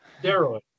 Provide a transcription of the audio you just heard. steroids